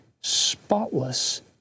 spotless